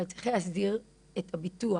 אבל צריך להסדיר את הביטוח.